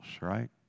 right